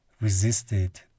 resisted